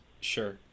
sure